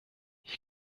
ich